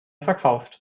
verkauft